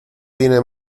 tiene